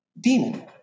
demon